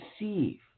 receive